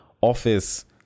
office